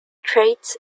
trades